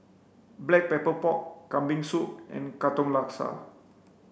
black pepper pork kambing soup and Katong Laksa